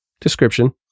description